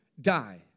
die